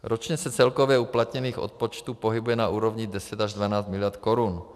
Ročně se celkově uplatněných odpočtů pohybuje na úrovni 10 až 12 miliard korun.